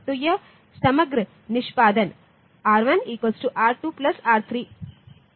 तो यह समग्र निष्पादन R1 R2 R3 4 है